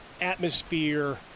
atmosphere